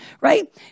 Right